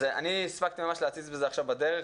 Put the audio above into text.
אני הספקתי להציץ בזה עכשיו בדרך,